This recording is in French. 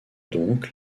donc